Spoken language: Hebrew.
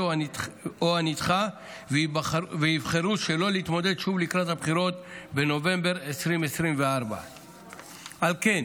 או הנדחה ויבחרו שלא להתמודד שוב לקראת הבחירות בנובמבר 2024. על כן,